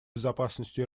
безопасностью